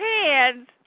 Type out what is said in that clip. hands